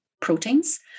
proteins